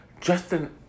Justin